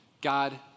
God